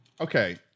Okay